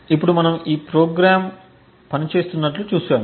ఇప్పుడు మనము ఈ ప్రోగ్రామ్స్ పని చేస్తున్నట్లు చూశాము